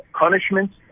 punishments